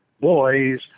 boys